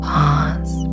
Pause